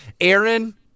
Aaron